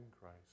Christ